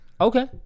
Okay